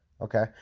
Okay